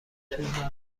تور